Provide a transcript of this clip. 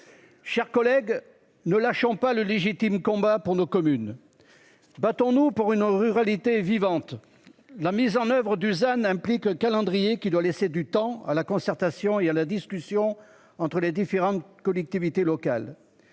Chers collègues ne lâchons pas le légitime combat pour nos communes. Battons-nous pour une ruralité vivante. La mise en oeuvre Dusan implique le calendrier qui doit laisser du temps à la concertation, il y a la discussion entre les différentes collectivités locales.